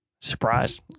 Surprise